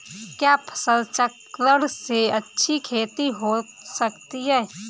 क्या फसल चक्रण से अच्छी खेती हो सकती है?